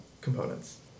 components